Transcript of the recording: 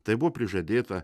tai buvo prižadėta